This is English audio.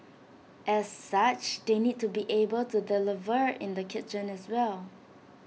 as such they need to be able to deliver in the kitchen as well